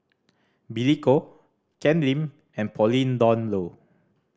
Billy Koh Ken Lim and Pauline Dawn Loh